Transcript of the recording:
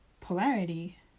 polarity